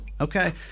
okay